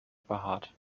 behaart